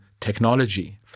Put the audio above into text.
technology